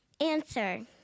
answer